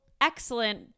excellent